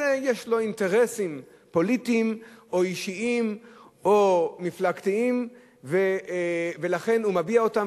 יש לו אינטרסים פוליטיים או אישיים או מפלגתיים ולכן הוא מביע אותם,